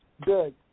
good